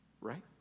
right